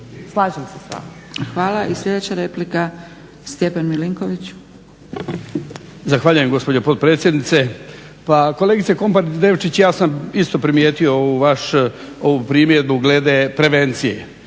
Slažem se s vama.